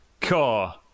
car